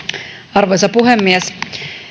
arvoisa puhemies